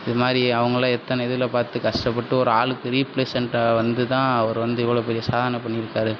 இது மாதிரி அவங்கள்லா எத்தனை இதில் பார்த்து கஷ்டப்பட்டு ஒரு ஆளுக்கு ரீபிளேஸன்டாக வந்துதான் அவர் வந்து இவ்வளோ பெரிய சாதனை பண்ணிருக்கார்